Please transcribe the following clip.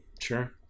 sure